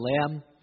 lamb